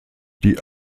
die